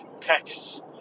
texts